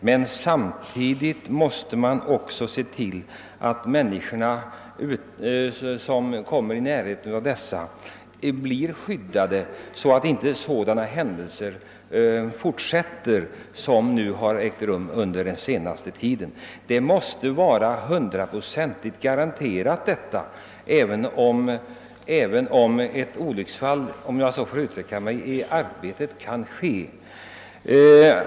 Men samtidigt måste man också se till att dessa försöksutskrivna bevakas på ett sådant sätt att inte sådana händelser fortsätter att inträffa som har ägt rum under den senaste tiden. Detta måste garanteras 100-procentigt.